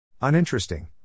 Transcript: uninteresting